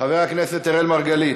חברי הכנסת אראל מרגלית,